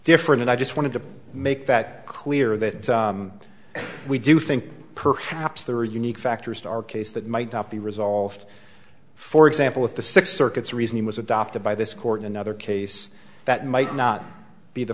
different and i just wanted to make that clear that we do think perhaps there are unique factors to our case that might not be resolved for example with the six circuits reasoning was adopted by this court in another case that might not be the